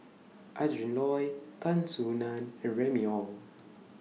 Adrin Loi Tan Soo NAN and Remy Ong